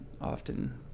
often